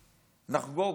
נחגוג,